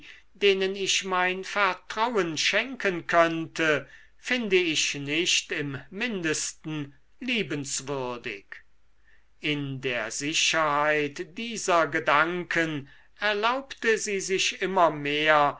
denen ich mein vertrauen schenken könnte finde ich nicht im mindesten liebenswürdig in der sicherheit dieser gedanken erlaubte sie sich immer mehr